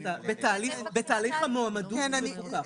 בתהליך המועמדות הוא מפוקח.